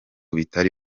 bitari